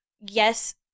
Yes